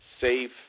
safe